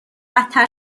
بدتر